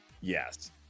yes